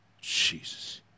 Jesus